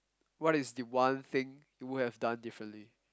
what is the one thing you would have done differently